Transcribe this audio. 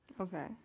Okay